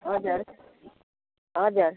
हजुर हजुर